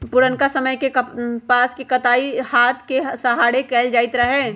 पुरनका समय में कपास के कताई हात के सहारे कएल जाइत रहै